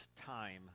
time